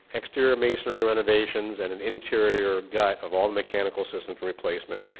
exterior masonry renovations and an interior gut of all mechanical systems replacement.